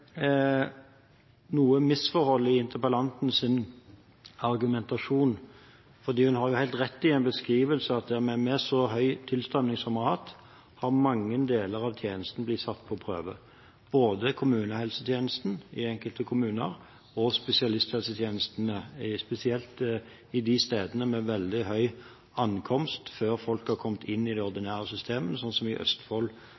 misforhold i interpellantens argumentasjon. Hun har helt rett når hun beskriver hvordan en så høy tilstrømning som vi har hatt, har gjort at mange deler av tjenesten er blitt satt på prøve, både kommunehelsetjenesten i enkelte kommuner og spesialisthelsetjenestene, spesielt på steder med veldig høy ankomst før folk har kommet inn i det